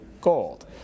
gold